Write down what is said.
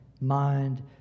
mind